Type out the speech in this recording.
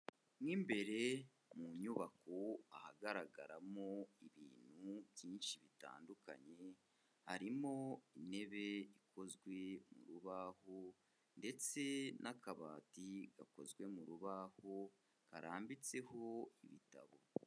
Mo imbere mu nyubako ahagaragaramo ibintu byinshi bitandukanye, harimo intebe ikozwe mu rubaho ndetse n'akabati gakozwe mu rubaho karambitseho ibitabo.